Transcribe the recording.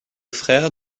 frère